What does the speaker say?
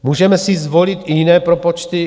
Můžeme si zvolit i jiné propočty.